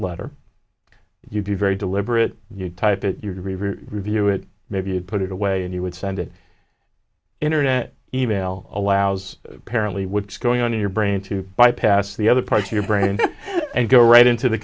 letter you'd be very deliberate you type it your review it maybe you'd put it away and you would send it internet even now allows apparently what's going on in your brain to bypass the other parts of your brain and go right into the